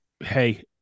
Hey